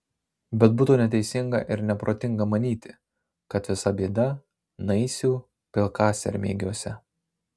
bet būtų neteisinga ir neprotinga manyti kad visa bėda naisių pilkasermėgiuose